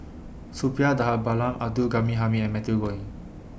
Suppiah Dhanabalan Abdul Ghani Hamid and Matthew Ngui